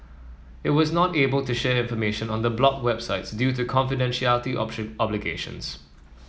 it was not able to share information on the blocked websites due to obligations